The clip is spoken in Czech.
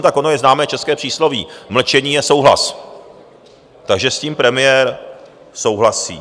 Tak ono je známé české přísloví: Mlčení je souhlas, takže s tím premiér souhlasí.